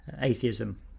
atheism